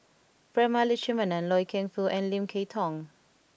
Prema Letchumanan Loy Keng Foo and Lim Kay Tong